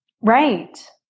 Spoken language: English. Right